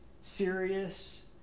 serious